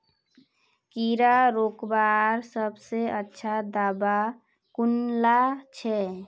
कीड़ा रोकवार सबसे अच्छा दाबा कुनला छे?